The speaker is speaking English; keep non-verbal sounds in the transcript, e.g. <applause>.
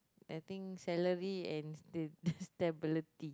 I think salary and sta~ <laughs> stability